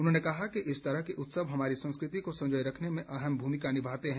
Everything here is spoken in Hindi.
उन्होंने कहा कि इस तरह के उत्सव हमारी संस्कृति को संजोए रखने में अहम भूमिका निभाते हैं